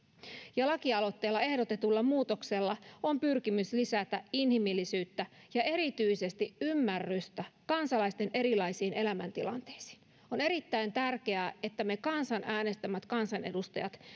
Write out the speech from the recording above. ja lakialoitteella ehdotetulla muutoksella on pyrkimys lisätä inhimillisyyttä ja erityisesti ymmärrystä kansalaisten erilaisiin elämäntilanteisiin on erittäin tärkeää että me kansan äänestämät kansanedustajat